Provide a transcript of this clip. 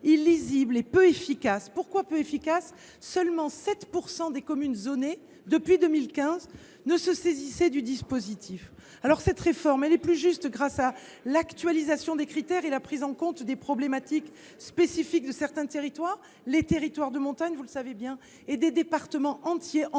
illisible et peu efficace. En effet, seulement 7 % des communes zonées, depuis 2015, se saisissaient du dispositif. Cette réforme est plus juste grâce à l’actualisation des critères et à la prise en compte des problématiques spécifiques de certains territoires : les territoires de montagne, comme vous le savez, et des départements entiers en déprise